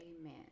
Amen